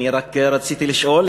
אני רק רציתי לשאול,